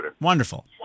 Wonderful